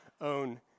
own